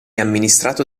amministrato